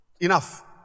enough